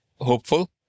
hopeful